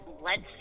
lets